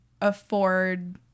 afford